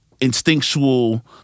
instinctual